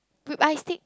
be~ I steak